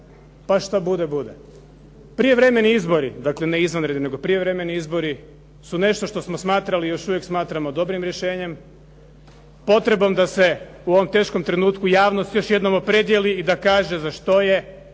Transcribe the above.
pa šta bude, bude. Prijevremeni izbori, dakle, ne izvanredni nego prijevremeni izbori su nešto što smo smatrali i još uvijek smatramo dobrim rješenjem, potrebom da se u ovom teškom trenutku javnost još jednom opredijeli i da kaže za što je,